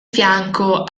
fianco